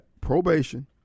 probation